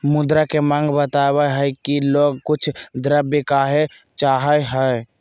मुद्रा के माँग बतवय हइ कि लोग कुछ द्रव्य काहे चाहइ हइ